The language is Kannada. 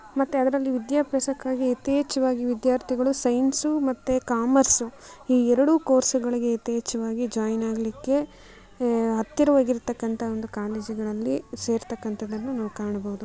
ಮತ್ತೆ ಅದರಲ್ಲಿ ವಿದ್ಯಾಭ್ಯಾಸಕ್ಕಾಗಿ ಯಥೇಚ್ಛ್ವಾಗಿ ವಿದ್ಯಾರ್ಥಿಗಳು ಸೈನ್ಸು ಮತ್ತೆ ಕಾಮರ್ಸು ಈ ಎರಡೂ ಕೋರ್ಸುಗಳಿಗೆ ಯಥೇಚ್ಛ್ವಾಗಿ ಜಾಯ್ನ್ ಆಗಲಿಕ್ಕೆ ಹತ್ತಿರವಾಗಿರ್ತಕ್ಕಂಥ ಒಂದು ಕಾಲೇಜುಗಳಲ್ಲಿ ಸೇರ್ತಕ್ಕಂಥದನ್ನ ನಾವು ಕಾಣ್ಬೋದು